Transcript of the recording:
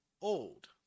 old